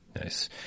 Nice